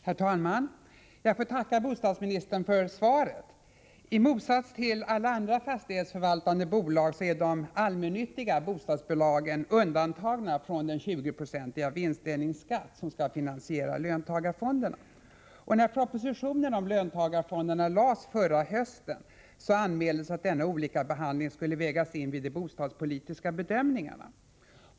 Herr talman! Jag får tacka bostadsministern för svaret. I motsats till alla andra fastighetsförvaltande bolag är de allmännyttiga bostadsbolagen undantagna från den 20-procentiga vinstdelningsskatt som skall finansiera löntagarfonderna. När propositionen om löntagarfonderna lades fram förra hösten anmäldes att denna olika behandling skulle vägas in vid de bostadspolitiska bedömningarna.